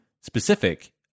specific